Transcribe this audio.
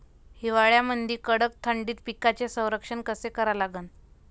हिवाळ्यामंदी कडक थंडीत पिकाचे संरक्षण कसे करा लागन?